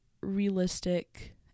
realistic